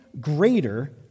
greater